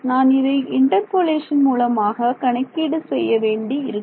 நான் இதை இன்டர்பொலேஷன் மூலமாக கணக்கீடு செய்ய வேண்டி இருக்கும்